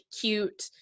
cute